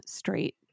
straight